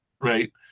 Right